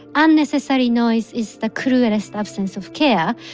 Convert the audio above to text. unnecessary noise is the cruelest absence of care.